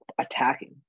attacking